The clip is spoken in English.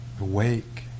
awake